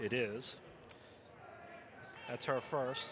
it is that's our first